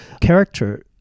character